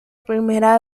primera